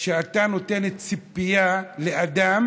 שאתה נותן ציפייה לאדם